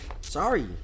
Sorry